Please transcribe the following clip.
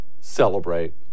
Celebrate